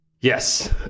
Yes